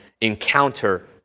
encounter